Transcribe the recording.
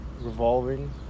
revolving